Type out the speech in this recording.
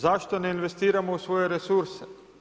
Zašto ne investiramo u svoje resurse?